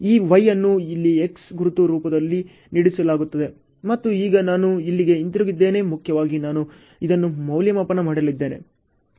ಈ Y ಅನ್ನು ಇಲ್ಲಿ X ಗುರುತು ರೂಪದಲ್ಲಿ ಪ್ರತಿನಿಧಿಸಲಾಗುತ್ತದೆ ಮತ್ತು ಈಗ ನಾನು ಇಲ್ಲಿಗೆ ಹಿಂತಿರುಗುತ್ತಿದ್ದೇನೆ ಮುಖ್ಯವಾಗಿ ನಾನು ಇದನ್ನು ಮೌಲ್ಯಮಾಪನ ಮಾಡಲಿದ್ದೇನೆ